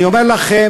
אני אומר לכם,